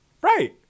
Right